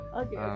okay